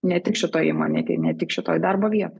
ne tik šitoj įmonėj tai ne tik šitoj darbo vietoj